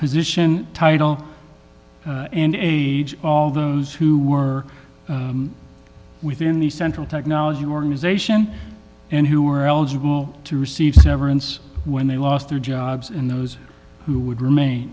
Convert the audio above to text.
position title and age all those who were within the central technology organization and who were eligible to receive severance when they lost their jobs and those who would remain